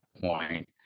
point